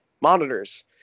monitors